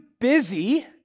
busy